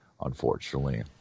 unfortunately